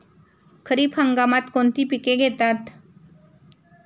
खरीप हंगामात कोणती पिके घेतात?